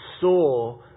saw